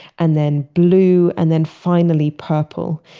and then blue, and then finally purple.